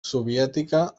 soviètica